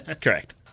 correct